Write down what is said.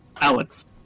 Alex